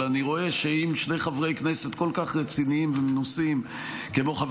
אבל אני רואה שאם שני חברי כנסת כל כך רציניים ומנוסים כמו חבר